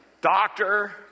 doctor